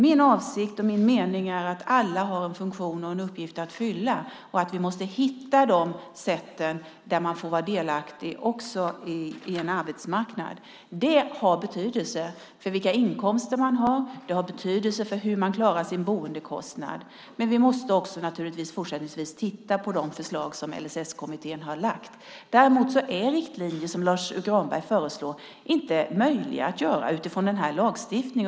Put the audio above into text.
Min avsikt och mening är att alla har en funktion och en uppgift att fylla och att vi måste hitta de sätt som gör att man får vara delaktig också i en arbetsmarknad. Det har betydelse för vilka inkomster man har och för hur man klarar sin boendekostnad. Men vi måste också naturligtvis fortsättningsvis titta på de förslag som LSS-kommittén har lagt fram. Däremot är en riktlinje, som Lars U Granberg föreslår, inte möjlig att göra utifrån den här lagstiftningen.